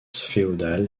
féodale